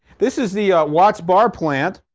this is the watts bar plant.